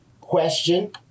Question